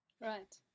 Right